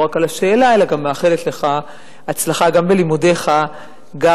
לא רק על השאלה אלא גם מאחלת לך הצלחה גם בלימודיך -- נדמה